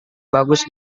bagus